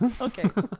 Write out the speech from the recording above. Okay